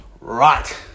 right